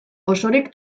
osorik